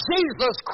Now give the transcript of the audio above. Jesus